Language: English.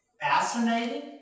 fascinating